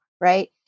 right